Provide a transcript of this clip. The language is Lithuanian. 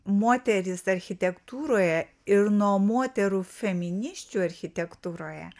moterys architektūroje ir nuo moterų feminisčių architektūroje